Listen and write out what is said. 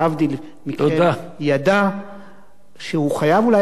ידע שהוא חייב אולי לקחת מסים,